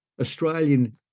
Australian